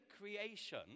creation